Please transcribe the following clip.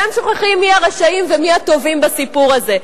אתם שוכחים מי הרשעים ומי הטובים בסיפור הזה.